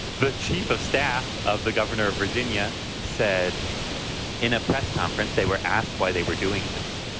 the chief of staff of the governor of virginia said in a press conference they were asked why they were doing this.